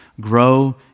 grow